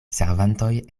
servantoj